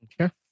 Okay